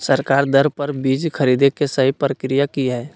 सरकारी दर पर बीज खरीदें के सही प्रक्रिया की हय?